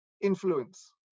influence